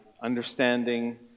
understanding